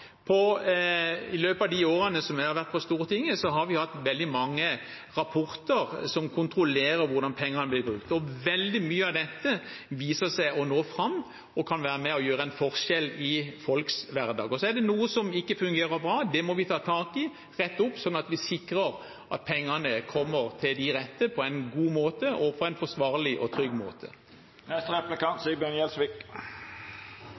i løpet av de årene som jeg har vært på Stortinget, hatt veldig mange rapporter som kontrollerer hvordan pengene blir brukt, og veldig mye av dette viser seg å nå fram og kan være med og gjøre en forskjell i folks hverdag. Så er det noe som ikke fungerer bra. Det må vi ta tak i og rette opp, slik at vi sikrer at pengene kommer til de rette, på en god, forsvarlig og